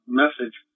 message